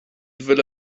bhfuil